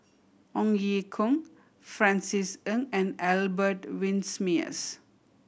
Ong Ye Kung Francis Ng and Albert Winsemius